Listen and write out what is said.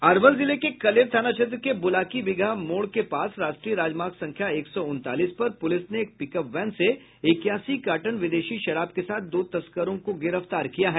अरवल जिले के कलेर थाना क्षेत्र के बुलाकी बिगहा मोड़ के पास राष्ट्रीय राजमार्ग संख्या एक सौ उनतालीस पर पुलिस ने एक पिकअप वैन से इक्यासी कार्टन विदेशी शराब के साथ दो तस्करों को गिरफ्तार किया है